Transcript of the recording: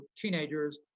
teenagers